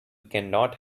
cannot